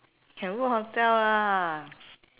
can book hotel lah